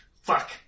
fuck